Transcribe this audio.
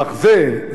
זה וזה,